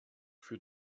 für